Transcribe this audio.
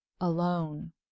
alone